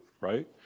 right